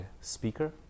speaker